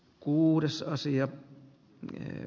kuudessa asia menee